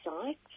sites